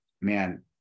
man